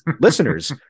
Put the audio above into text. Listeners